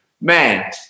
man